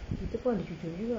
kita pun ada cucur juga